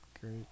Great